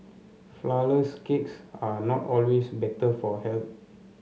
flourless cakes are not always better for